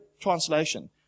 translation